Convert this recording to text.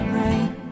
right